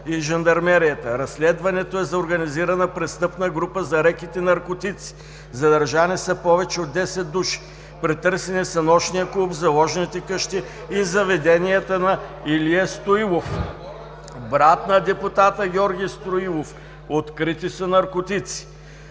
и жандармерията. Разследването е за организирана престъпна група за рекет и наркотици. Задържани са повече от десет души. Претърсени са нощният клуб, заложните къщи и заведенията на Илия Стоилов, брат на депутата Георги Стоилов. Открити са наркотици.